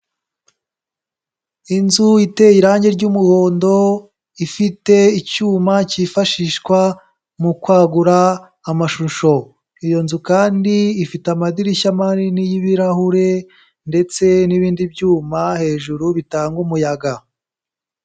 Inzu iteye irange ry'umuhondo, ifite icyuma cyifashishwa mu kwagura amashusho. Iyo nzu kandi, ifite amadirishya manini y'ibirahure ndetse n'ibindi byuma hejuru, bitanga umuyaga.